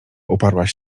uparłaś